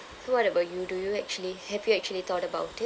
so what about you do you actually have you actually thought about it